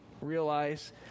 realize